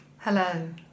Hello